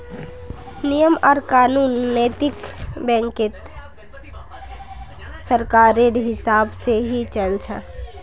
नियम आर कानून नैतिक बैंकत सरकारेर हिसाब से ही चल छ